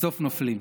בסוף נופלים.